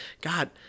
God